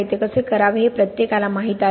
ते कसे करावे हे प्रत्येकाला माहित आहे